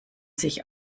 sich